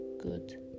good